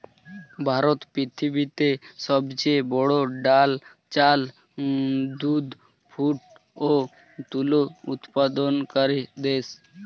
ভারত পৃথিবীতে সবচেয়ে বড়ো ডাল, চাল, দুধ, যুট ও তুলো উৎপাদনকারী দেশ